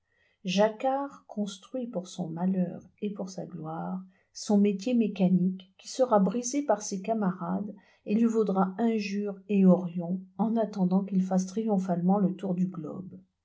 jacquard construit pour son malheur et pour sa gloire son métier mécanique qui sera brisé par ses camarades et lui vaudra injures et horions en attendant qu'il fasse triomphalement le tour du globe